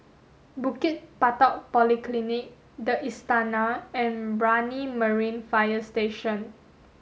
Bukit Batok Polyclinic the Istana and Brani Marine Fire Station